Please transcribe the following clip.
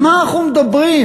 על מה אנחנו מדברים?